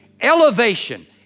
Elevation